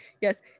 yes